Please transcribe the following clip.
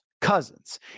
Cousins